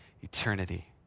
eternity